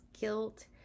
guilt